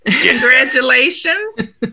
Congratulations